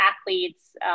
athletes